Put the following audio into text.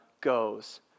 goes